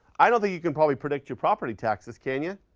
i don't think you can probably predict your property taxes, can you?